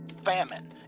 Famine